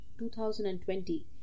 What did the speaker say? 2020